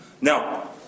Now